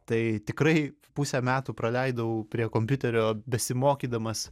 tai tikrai pusę metų praleidau prie kompiuterio besimokydamas